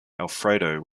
alfredo